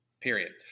Period